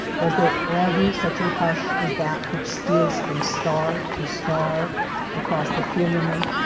was there ever such a hush as that which steals from star to star across the firmament!